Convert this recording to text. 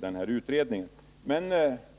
denna utredning först hösten 1976.